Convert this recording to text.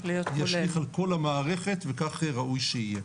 ישליך על כל המערכת וכך ראוי שיהיה.